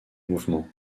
mouvement